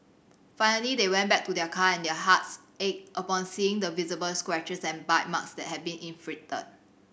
finally they went back to their car and their hearts ached upon seeing the visible scratches and bite marks that had been inflicted